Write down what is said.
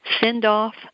send-off